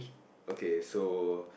okay so